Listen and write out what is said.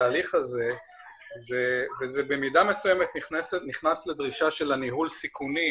הזה - וזה במידה מסוימת נכנס לדרישה של ניהול סיכונים